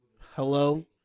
Hello